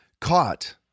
caught